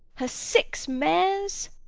her six mares